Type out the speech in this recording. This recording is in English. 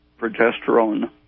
progesterone